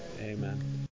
Amen